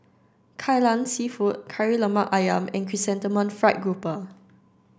Lai Lan Seafood Kari Lemak Ayam and Chrysanthemum Fried Grouper